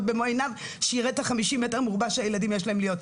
במו עיניו את ה -50 מטר שיש לילדים להיות בהם.